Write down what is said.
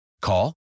Call